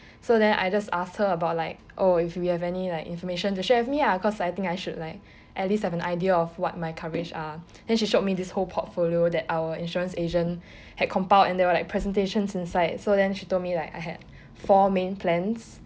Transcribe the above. so then I just asked her about like oh if you have any like information just share with me lah because I think I should like at least I have an idea of what my coverages are then she showed me this whole portfolio that our insurance agent had compiled and there were like presentations inside so then she told me like I had four main plans